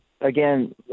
again